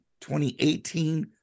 2018